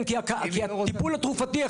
הטיפול התרופתי,